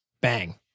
Bang